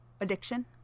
Addiction